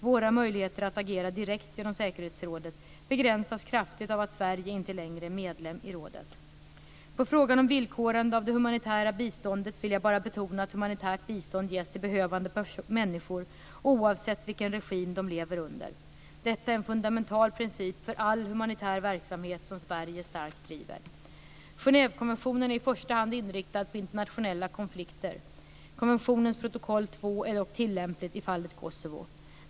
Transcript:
Våra möjligheter att agera direkt genom säkerhetsrådet begränsas kraftigt av att Sverige inte längre är medlem i rådet. På frågan om villkorande av det humanitära biståndet vill jag bara betona att humanitärt bistånd ges till behövande människor oavsett vilken regim de lever under. Detta är en fundamental princip för all humanitär verksamhet som Sverige starkt driver. Genèvekonventionen är i första hand inriktad på internationella konflikter. Konventionens protokoll 2 är dock tillämpligt i fallet Kosovo.